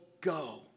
go